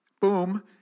boom